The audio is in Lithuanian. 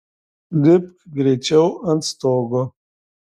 lipk greičiau ant stogo